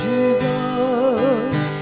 Jesus